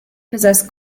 possess